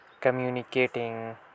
Communicating